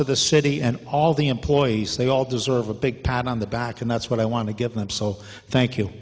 to the city and all the employees they all deserve a big pat on the back and that's what i want to give them so thank you